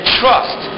trust